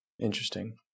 Interesting